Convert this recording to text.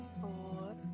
Four